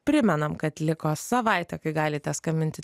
primenam kad liko savaitė kai galite skambinti